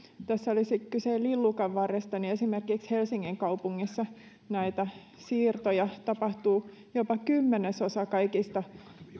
tässä olisi kyse lillukanvarresta että esimerkiksi helsingin kaupungissa näitä siirtoja tapahtuu jopa kymmenesosa kaikista